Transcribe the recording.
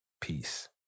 Peace